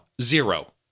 zero